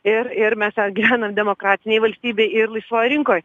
ir ir mes net gyvenam demokratinėj valstybėj ir laisvoj rinkoj